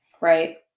Right